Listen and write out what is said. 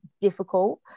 difficult